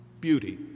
Beauty